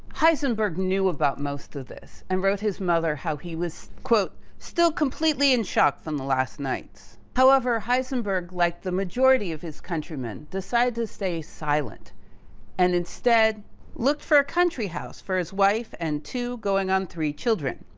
heisenberg knew about most of this and wrote his mother, how he was, still completely in shock from the last nights. however, heisenberg liked the majority of his countrymen decided to stay silent and instead looked for a country house for his wife and two going on three children.